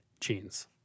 genes